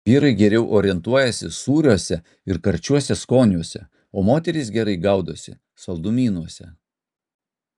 vyrai geriau orientuojasi sūriuose ir karčiuose skoniuose o moterys gerai gaudosi saldumynuose